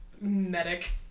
Medic